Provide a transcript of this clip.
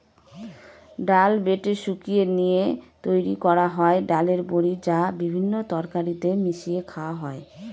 ডাল বেটে শুকিয়ে নিয়ে তৈরি করা হয় ডালের বড়ি, যা বিভিন্ন তরকারিতে মিশিয়ে খাওয়া হয়